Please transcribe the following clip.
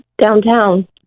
downtown